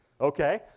okay